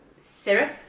Syrup